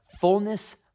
fullness